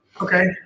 Okay